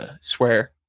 swear